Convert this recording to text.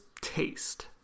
taste